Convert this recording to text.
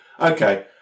Okay